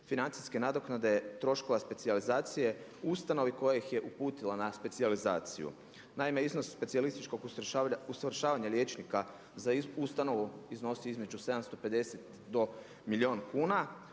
financijske nadoknade troškova specijalizacije u ustanovi koja ih je uputila na specijalizaciju. Naime, iznos specijalističkog usavršavanja liječnika za ustanovu iznosi između 750 do milijun kuna